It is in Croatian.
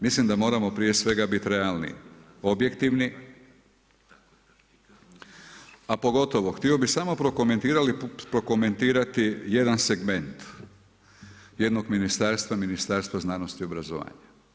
Mislim da moramo prije svega bit realni, objektivni a pogotovo htio bih samo prokomentirati jedan segment jednog ministarstva, Ministarstva znanosti i obrazovanja.